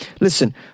Listen